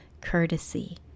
courtesy